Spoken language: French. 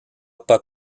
pas